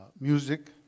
music